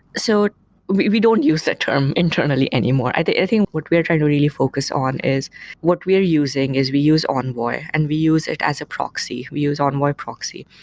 so we we don't use that term internally anymore. i think what we're trying to really focus on is what we're using is we use envoy and we use it as a proxy. we use envoy proxy.